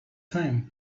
time